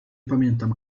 pamiętam